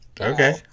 Okay